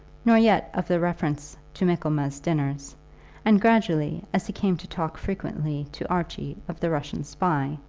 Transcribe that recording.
nor yet of the reference to michaelmas dinners and, gradually, as he came to talk frequently to archie of the russian spy,